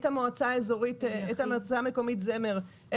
את המועצה המקומית זמר,